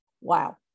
wow